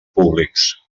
públics